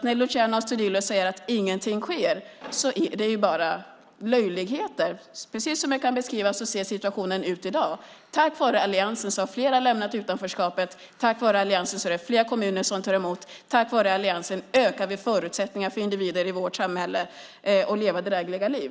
När Luciano Astudillo säger att ingenting sker är det bara löjligt. Precis som jag beskriver ser situationen ut i dag. Tack vare alliansen har fler lämnat utanförskapet. Tack vare alliansen är det fler kommuner som tar emot. Tack vare alliansen ökar vi förutsättningar för individer i vårt samhälle att leva drägliga liv.